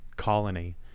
Colony